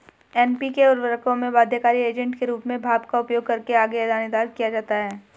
NPK उर्वरकों में बाध्यकारी एजेंट के रूप में भाप का उपयोग करके आगे दानेदार किया जाता है